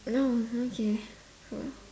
oh okay